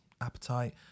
Appetite